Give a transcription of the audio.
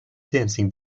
dancing